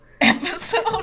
episode